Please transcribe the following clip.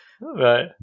Right